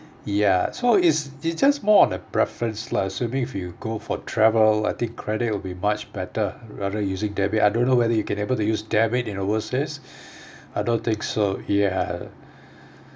ya so it's it's just more on uh preference lah so means if you go for travel I think credit will be much better rather using debit I don't know whether you can able to use debit in overseas I don't think so ya